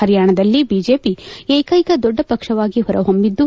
ಪರಿಯಾಣದಲ್ಲಿ BJP ಏಕೈಕ ದೊಡ್ಡ ಪಕ್ಷವಾಗಿ ಹೊರ ಹೊಮ್ಮಿದ್ದು